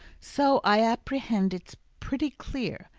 so i apprehend it's pretty clear,